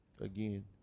Again